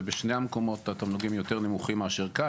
ובשני המקומות התמלוגים יותר נמוכים מאשר כאן.